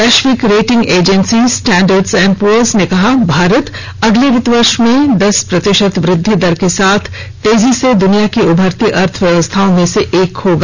वैश्विक rating agency Standard and Poor's ने कहा भारत अगले वित्त वर्ष में दस प्रतिशत वृद्वि दर के साथ तेजी से दुनिया की उभरती अर्थव्यवस्थाओं में एक होगा